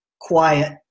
quiet